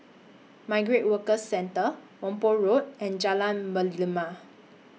Migrant Workers Centre Whampoa Road and Jalan Merlimau